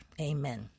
Amen